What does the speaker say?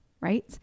right